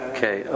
Okay